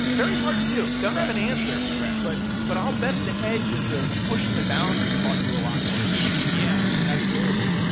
very hard to do, don't have an answer, but but i'll bet the edge of the pushing the boundary taught you a lot more too. yeah, absolutely.